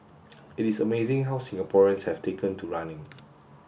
it is amazing how Singaporeans have taken to running